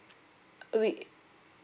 we